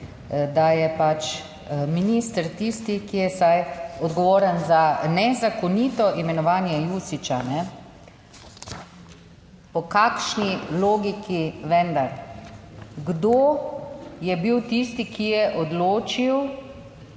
da je pač minister tisti, ki je vsaj odgovoren za nezakonito imenovanje Jušića, ne. Po kakšni logiki vendar? Kdo je bil tisti, ki je odločil